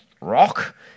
rock